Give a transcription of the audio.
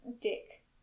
Dick